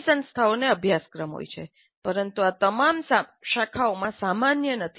ઘણી સંસ્થાઓનો અભ્યાસક્રમ હોય છે પરંતુ આ તમામ શાખાઓમાં સામાન્ય નથી